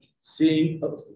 Seeing